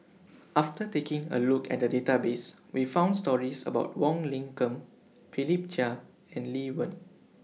after taking A Look At The Database We found stories about Wong Lin Ken Philip Chia and Lee Wen